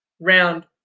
Round